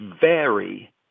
vary